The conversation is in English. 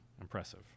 Impressive